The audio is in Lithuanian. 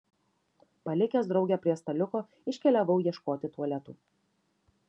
palikęs draugę prie staliuko iškeliavau ieškoti tualetų